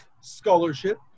scholarship